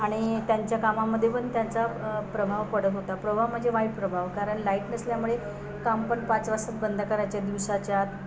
आणि त्यांच्या कामामध्ये पण त्यांचा प्रभाव पडत होता प्रभाव म्हणजे वाईट प्रभाव कारण लाईट नसल्यामुळे काम पण पाच वाजता बंद करायच्या दिवसाच्या आत